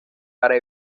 para